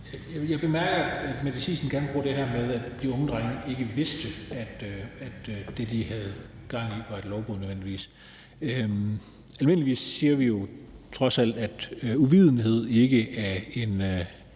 Jeg bemærker, at fru Mette Thiesen gerne vil bruge formuleringen, at de unge drenge ikke vidste, at det, de havde gang i, nødvendigvis var et lovbrud. Almindeligvis siger vi jo trods alt, at uvidenhed ikke er en